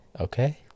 Okay